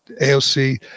AOC